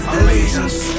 Allegiance